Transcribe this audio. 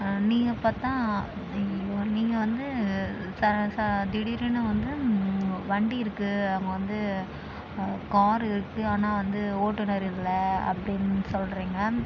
நீங்கள் பார்த்தா ஐயய்யோ நீங்கள் வந்து ச ச திடீரெனு வந்து வண்டி இருக்குது அவங்க வந்து காரு இருக்குது ஆனால் வந்து ஓட்டுநர் இல்லை அப்படின்னு சொல்கிறீங்க